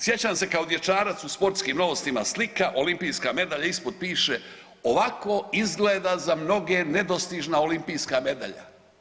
Sjećam se kao dječarac u „Sportskim novostima“ slika olimpijska medalja, ispod piše „ovako izgleda za mnoge nedostižna olimpijska medalja“